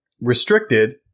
restricted